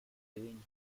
doing